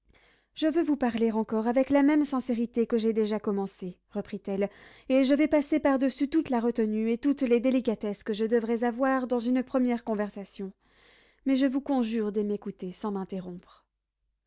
je veux vous parler encore avec la même sincérité que j'ai déjà commencé reprit-elle et je vais passer par-dessus toute la retenue et toutes les délicatesses que je devrais avoir dans une première conversation mais je vous conjure de m'écouter sans m'interrompre